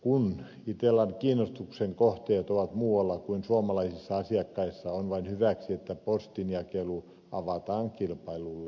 kun itellan kiinnostuksen kohteet ovat muualla kuin suomalaisissa asiakkaissa on vain hyväksi että postinjakelu avataan kilpailulle